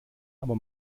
aber